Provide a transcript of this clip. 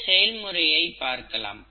இந்த செயல்முறையை பார்க்கலாம்